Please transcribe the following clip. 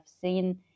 seen